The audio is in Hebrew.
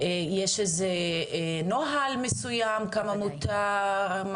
יש איזה נוהל מסויים כמה מותר,